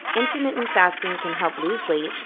intermittent fasting can help lose weight,